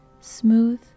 smooth